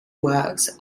works